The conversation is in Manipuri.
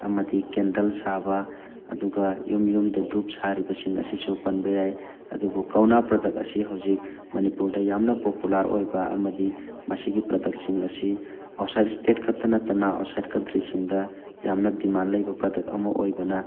ꯑꯃꯗꯤ ꯀꯦꯟꯗꯜ ꯁꯥꯕ ꯑꯗꯨꯒ ꯌꯨꯝ ꯌꯨꯝꯗ ꯙꯨꯞ ꯁꯥꯔꯤꯕꯁꯤꯡ ꯑꯁꯤꯁꯨ ꯄꯟꯕ ꯌꯥꯏ ꯑꯗꯨꯕꯨ ꯀꯧꯅꯥ ꯄ꯭ꯔꯗꯛ ꯑꯁꯤ ꯍꯧꯖꯤꯛ ꯃꯅꯤꯄꯨꯔꯗ ꯌꯥꯝꯅ ꯄꯣꯄꯨꯂꯔ ꯑꯣꯏꯕ ꯑꯃꯗꯤ ꯃꯁꯤꯒꯤ ꯄ꯭ꯔꯗꯛꯁꯤꯡ ꯑꯁꯤ ꯑꯥꯎꯠꯁꯥꯏꯠ ꯏꯁꯇꯦꯠ ꯈꯛꯇ ꯅꯠꯇꯅ ꯑꯥꯎꯠꯁꯥꯏꯠ ꯀꯟꯇ꯭ꯔꯤꯁꯤꯡꯗ ꯌꯥꯝꯅ ꯗꯤꯃꯥꯟ ꯂꯩꯕ ꯄ꯭ꯔꯗꯛ ꯑꯃ ꯑꯣꯏꯕꯅ